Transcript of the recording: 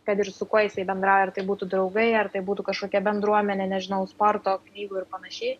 kad ir su kuo jisai bendrauja ar tai būtų draugai ar tai būtų kažkokia bendruomenė nežinau sporto knygų ir panašiai